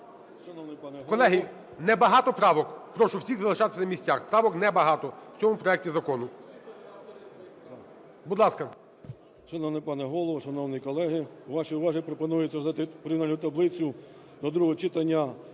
Колеги, небагато правок, прошу всіх залишатися на місцях. Правок небагато в цьому проекті закону. Будь ласка.